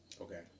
Okay